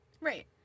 Right